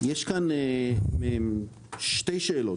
שתי שאלות.